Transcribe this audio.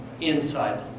inside